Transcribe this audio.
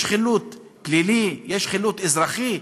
יש חילוט פלילי, יש חילוט אזרחי,